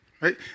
right